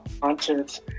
conscious